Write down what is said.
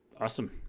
Awesome